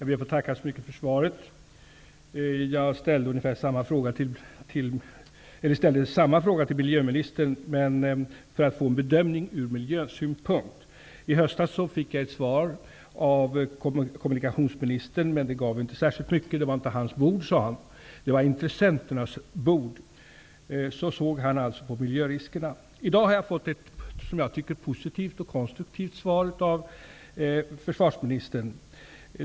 Herr talman! Jag ber att få tacka så mycket för svaret. Jag har ställt samma fråga till miljöministern för att få en bedömning från miljösynpunkt. I höstas fick jag ett svar från kommunikationsministern. Det gav inte särskilt mycket. Han sade att det inte var hans bord. Det var intressenternas bord. Så såg kommunikationsministern på miljöriskerna. I dag har jag fått ett positivt och konstruktivt svar av försvarsministern.